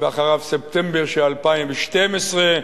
ואחריו ספטמבר של 2012,